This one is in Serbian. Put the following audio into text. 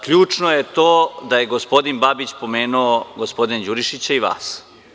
Ključno je to da je gospodin Babić pomenuo gospodina Đurišića i vas.